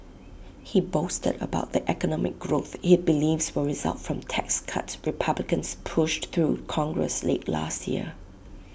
he boasted about the economic growth he believes will result from tax cuts republicans pushed through congress late last year